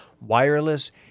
wireless